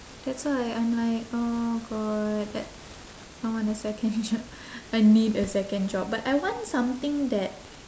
that's why I'm like oh god uh I want a second job I need a second job but I want something that